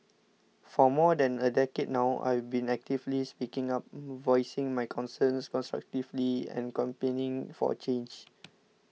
for more than a decade now I've been actively speaking up voicing my concerns constructively and campaigning for change